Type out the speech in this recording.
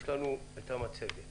יש לנו גם מצגת